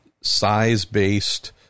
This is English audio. size-based